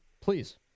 Please